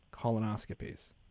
colonoscopies